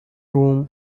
room